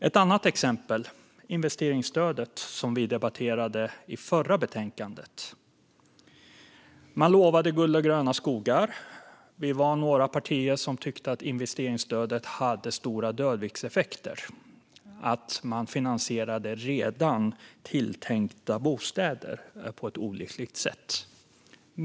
Ett annat exempel är investeringsstödet, som vi debatterade i det förra betänkandet. Man lovade guld och gröna skogar. Vi var några partier som tyckte att investeringsstödet hade stora dödviktseffekter, att man finansierade redan tilltänkta bostäder på ett olyckligt sätt.